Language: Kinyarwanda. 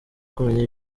kumenya